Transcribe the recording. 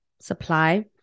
supply